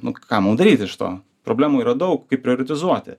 nu ką mum daryt iš to problemų yra daug kaip prioritizuoti